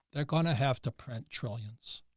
they're going to have to print trillions,